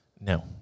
No